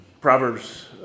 Proverbs